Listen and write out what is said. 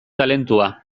talentua